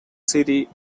city